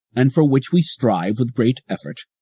and for which we strive with great effort,